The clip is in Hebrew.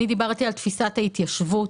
אני דיברתי על תפיסת ההתיישבות.